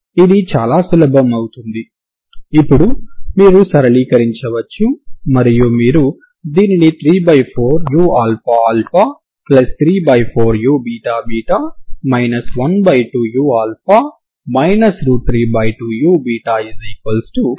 ఇది చాలా సులభం అవుతుంది ఇప్పుడు మీరు సరళీకరించవచ్చు మరియు మీరు దీనిని 34uαα34uββ 12u 32u0 అని చూస్తారు